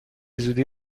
زودی